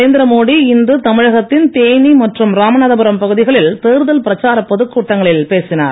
நரேந்திரமோடி இன்று தமிழகத்தின் தேனி மற்றும் ராமநாதபுரம் பகுதிகளில் தேர்தல் பிரச்சாரப் பொதுக் கூட்டங்களில் பேசினார்